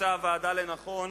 מצאה הוועדה לנכון